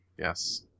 Yes